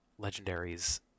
legendaries